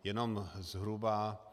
Jenom zhruba.